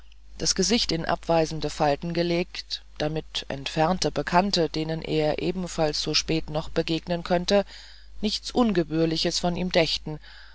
das gesicht in abweisende falten gelegt damit entfernte bekannte denen er ebenfalls so spät noch begegnen könnte nichts ungebührliches von ihm dächten